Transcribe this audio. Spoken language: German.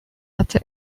hatte